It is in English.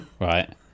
Right